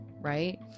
right